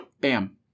bam